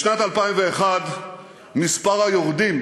בשנת 2001 מספר היורדים,